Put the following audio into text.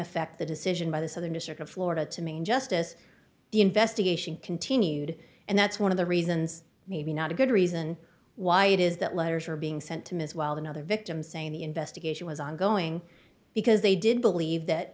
effect the decision by the southern district of florida to maine just as the investigation continued and that's one of the reasons maybe not a good reason why it is that letters are being sent to ms while another victim saying the investigation was ongoing because they did believe that